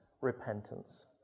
repentance